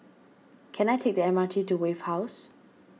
can I take the M R T to Wave House